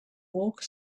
walk